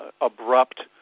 abrupt